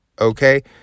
Okay